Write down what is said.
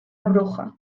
bruja